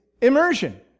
immersion